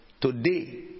Today